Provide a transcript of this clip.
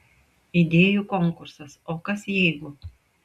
idėjų konkursas o kas jeigu